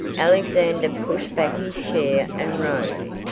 alexander pushed back his chair and rose.